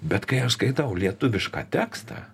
bet kai aš skaitau lietuvišką tekstą